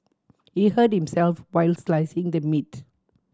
he hurt himself while slicing the meat